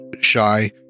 shy